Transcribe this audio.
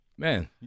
Man